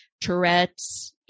Tourette's